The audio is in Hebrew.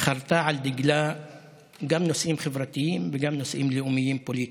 חרתה על דגלה גם נושאים חברתיים וגם נושאים לאומיים פוליטיים.